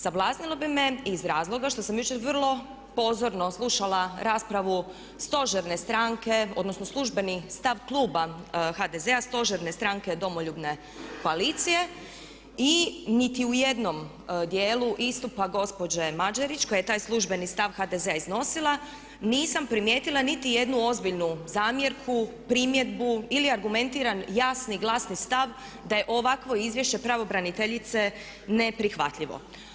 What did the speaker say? Sablaznilo bi me iz razloga što sam jučer vrlo pozorno slušala raspravu stožerne stranke, odnosno službeni stav kluba HDZ-a stožerne stranke Domoljubne koalicije i niti u jednom dijelu istupa gospođe Mađerić koja je taj službeni stav HDZ-a iznosila nisam primijetila niti jednu ozbiljnu zamjerku, primjedbu ili argumentiran jasni i glasni stav da je ovakvo izvješće pravobraniteljice neprihvatljivo.